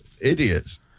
idiots